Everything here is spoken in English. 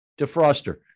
defroster